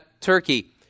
turkey